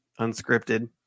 unscripted